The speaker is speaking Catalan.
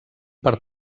per